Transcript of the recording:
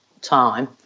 time